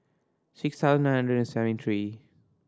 six thousand nine hundred seventy three